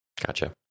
Gotcha